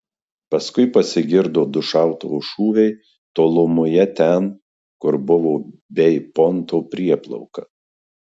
paskui pasigirdo du šautuvo šūviai tolumoje ten kur buvo bei pointo prieplauka